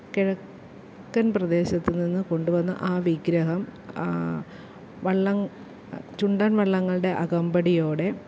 കിഴക്കൻ പ്രദേശത്ത് നിന്ന് കൊണ്ട് വന്ന ആ വിഗ്രഹം വള്ളം ചുണ്ടൻ വള്ളങ്ങളുടെ അകമ്പടിയോടെ